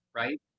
right